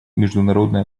международная